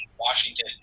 Washington